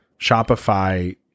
Shopify